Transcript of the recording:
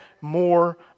more